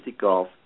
golf